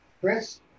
Chris